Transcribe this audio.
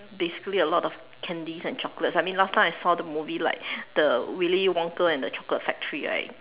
basically a lot of candies and chocolates I mean last time I saw the movie like the Willy Wonka and the chocolate factory right